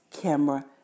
camera